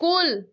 کُل